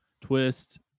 Twist